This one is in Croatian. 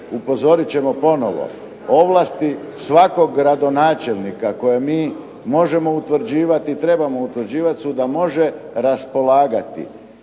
upozorit ćemo ponovo. Ovlasti svakog gradonačelnika koje mi možemo utvrđivati i trebamo utvrđivati su da može raspolagati